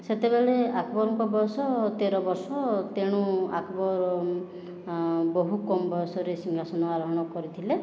ସେତେବେଳେ ଆକବରଙ୍କ ବୟସ ତେର ବର୍ଷ ତେଣୁ ଆକବର ବହୁ କମ୍ ବୟସରେ ସିଂହାସନ ଆରୋହଣ କରିଥିଲେ